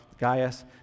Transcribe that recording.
Gaius